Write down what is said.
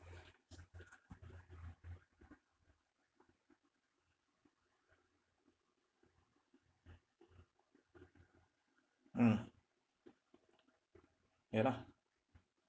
mm ya lah